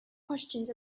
questions